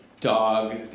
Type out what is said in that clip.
dog